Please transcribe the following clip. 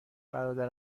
برادر